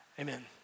Amen